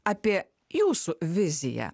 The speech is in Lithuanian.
apie jūsų viziją